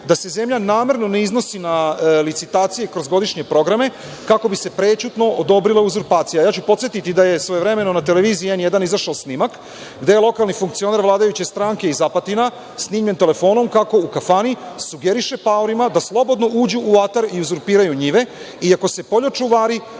da se zemlja namerno ne iznosi na licitacije kroz godišnje programe, kako bi se prećutno odobrila uzurpacija. Ja ću podsetiti da je svojevremeno na televiziji N1 izašao snimak gde je lokalni funkcioner vladajuće stranke iz Apatina snimljen telefonom kako u kafani sugeriše paorima da slobodno uđu u atar i uzurpiraju njive i ako se poljočuvari